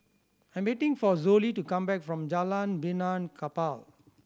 I'm waiting for Zollie to come back from Jalan Benaan Kapal